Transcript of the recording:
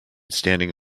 standing